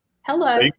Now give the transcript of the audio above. hello